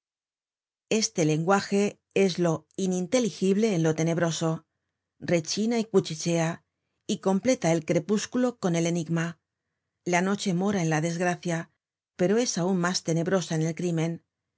este lenguaje es lo ininteligible en lo tenebroso rechina y cuchichea y completa el crepúsculo con el enigma la noche mora en la desgracia pero es aun mas tenebrosa en el crímen